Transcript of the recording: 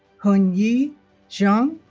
hongyi zheng